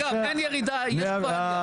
אגב, אין ירידה, יש כבר עלייה.